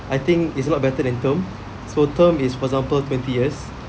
I think it's a lot better than term so term is for example twenty years